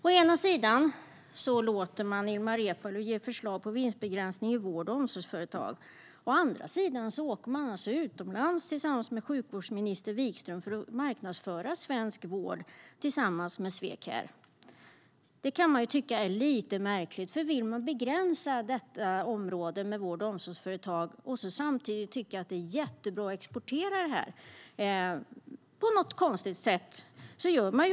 Å ena sidan låter man Ilmar Reepalu ge förslag på vinstbegränsning i vård och omsorgsföretag, å andra sidan åker sjukvårdsminister Wikström utomlands för att marknadsföra svensk vård tillsammans med Swecare. Det kan tyckas lite märkligt. Uppenbarligen vill man på något konstigt sätt begränsa området vård och omsorgsföretag samtidigt som man tycker att det är jättebra att exportera detta.